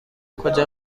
کجا